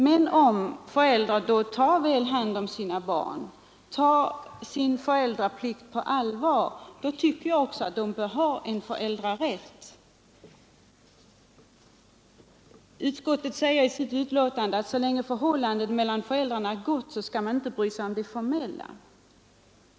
Men om föräldrarna tar sin föräldraplikt på allvar, tycker jag att de också bör ha en föräldrarätt. Utskottet säger i sitt betänkande att så länge förhållandet mellan föräldrarna är gott skall man inte bry sig om det formella.